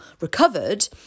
recovered